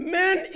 men